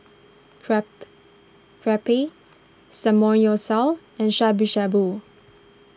Crap Crepe Samgeyopsal and Shabu Shabu